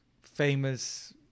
famous